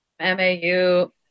MAU